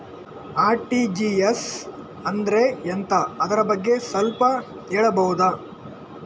RTGS ಅಂದ್ರೆ ಎಂತ ಅದರ ಬಗ್ಗೆ ಸ್ವಲ್ಪ ಹೇಳಬಹುದ?